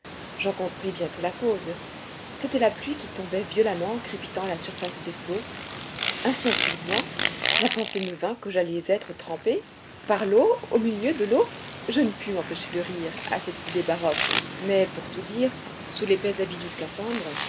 j'en compris bientôt la cause c'était la pluie qui tombait violemment en crépitant à la surface des flots instinctivement la pensée me vint que j'allais être trempé par l'eau au milieu de l'eau je ne pus m'empêcher de rire à cette idée baroque mais pour tout dire sous l'épais habit du scaphandre